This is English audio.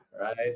right